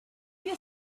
you